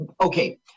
Okay